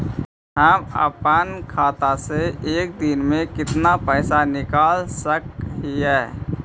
हम अपन खाता से एक दिन में कितना पैसा निकाल सक हिय?